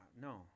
No